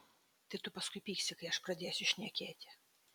tai tu paskui pyksi kai aš pradėsiu šnekėti